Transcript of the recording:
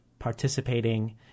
participating